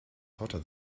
hotter